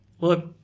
Look